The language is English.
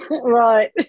Right